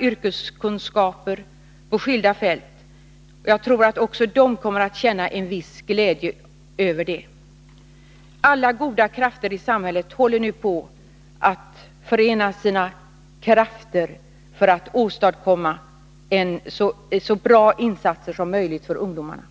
yrkeskunskaper på skilda områden kommer att känna en viss glädje över detta. Alla goda krafter i samhället håller nu på att förenas för att åstadkomma så bra insatser som möjligt för ungdomarna.